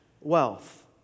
wealth